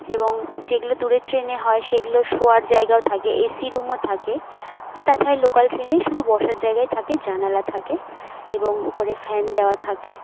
এবং যেগুলো দূরের ট্রেনে হয় সেগুলো শোয়ার জায়গাও থাকে এ সি রুমও থাকে আর তাছাড়া লোকাল ট্রেনে শুধু বসার জায়গাই থাকে জানালা থাকে এবং ওপরে ফ্যান দেওয়া থাকে